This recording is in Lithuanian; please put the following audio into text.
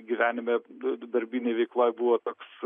gyvenime d darbinėj veikloj buvo toks